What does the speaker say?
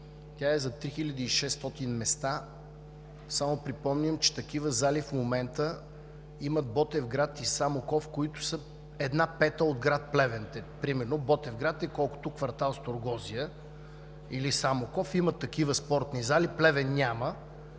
Тя е за 3600 места. Само припомням, че такива зали в момента имат Ботевград и Самоков, които са една пета от град Плевен. Например Ботевград е колкото квартал „Сторгозия“, или Самоков – имат такива спортни зали, Плевен няма.